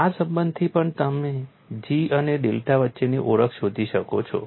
આ સંબંધથી પણ તમે G અને ડેલ્ટા વચ્ચેની ઓળખ શોધી શકો છો